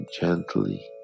gently